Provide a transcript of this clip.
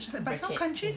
but some countries